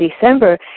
December